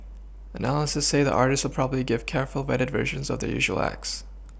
analysts say the artists will probably give careful vetted versions of their usual acts